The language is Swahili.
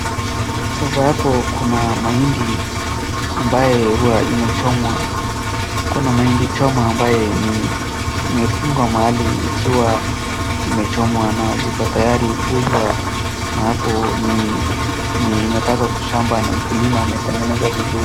Sasa hapo kuna mahindi ambaye huwa inachomwa. Kuna mahindi choma ambaye ni imefungwa mahali ikiwa imechomwa na ziko tayari kuunzwa na hapo ni imekatwa tu shamba na mkulima ametengeza vizuri.